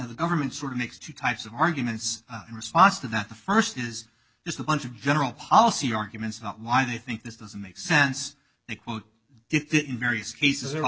the government sort of makes two types of arguments in response to that the first is just a bunch of general policy arguments about why they think this doesn't make sense they quote it in various cases